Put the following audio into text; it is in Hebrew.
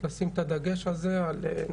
לשים את הדגש על נשים